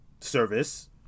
service